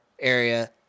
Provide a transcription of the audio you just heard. area